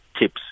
tips